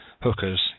hookers